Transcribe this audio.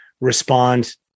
respond